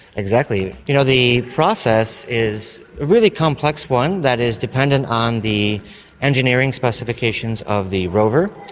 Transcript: exactly. you know, the process is a really complex one that is dependent on the engineering specifications of the rover,